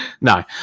No